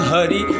Hari